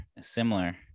similar